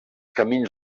camins